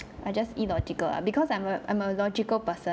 are just illogical err because I'm a I'm a logical person